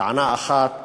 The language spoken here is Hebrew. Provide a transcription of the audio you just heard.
טענה אחת,